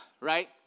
right